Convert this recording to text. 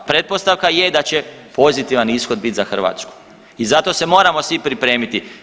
Pretpostavka je da će pozitivan ishod bit za Hrvatsku i zato se moramo svi pripremiti.